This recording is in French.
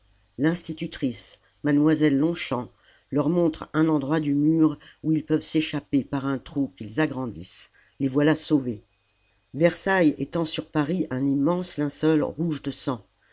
l'institutrice mademoiselle lonchamp leur montre un endroit du mur où ils peuvent s'échapper par un trou qu'ils agrandissent les voilà sauvés la commune versailles étend sur paris un immense linceul rouge de sang